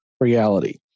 reality